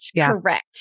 Correct